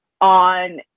on